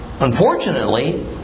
Unfortunately